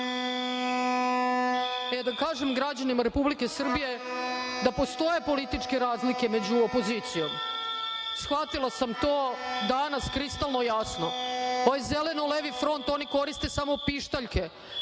Da kažem građanima Republike Srbije da postoje političke razlike među opozicijom. Shvatila sam to danas kristalno jasno. Taj Zeleno-levi front, oni koriste samo pištaljke.